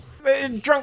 Drunk